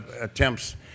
attempts